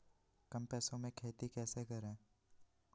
कम पैसों में खेती कैसे करें?